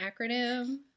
acronym